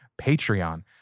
Patreon